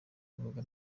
rubuga